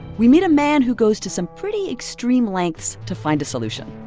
we meet a man who goes to some pretty extreme lengths to find a solution